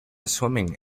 swimming